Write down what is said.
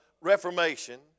reformation